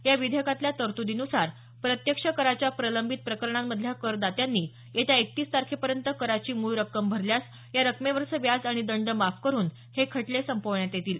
या विधेयकातल्या तरतुदीनुसार प्रत्यक्ष कराच्या प्रलंबित प्रकरणांमधल्या करदात्यांनी येत्या एकतीस तारखेपर्यंत कराची मूळ रक्कम भरल्यास या रकमेवरचं व्याज आणि दंड माफ करून हे खटले संपवण्यात येतील